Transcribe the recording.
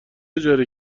اجاره